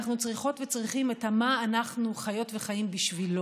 אנחנו צריכות וצריכים את מה שאנחנו חיות וחיים בשבילו.